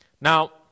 Now